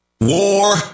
war